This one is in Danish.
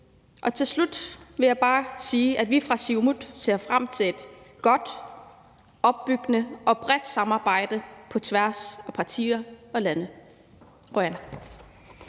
til slut vil jeg bare sige, at vi fra Siumut ser frem til et godt, opbyggende og bredt samarbejde på tværs af partier og lande.